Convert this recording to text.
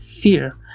fear